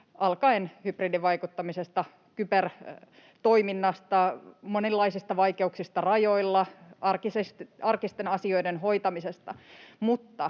alkaen hybridivaikuttamisesta, kybertoiminnasta, monenlaisista vaikeuksista rajoilla, arkisten asioiden hoitamisesta.